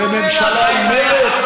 את ים המלח, בממשלה עם מרצ?